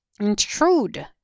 intrude